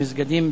במסגדים,